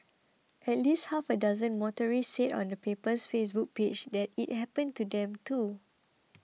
at least half a dozen motorists said on the paper's Facebook page that it happened to them too